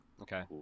Okay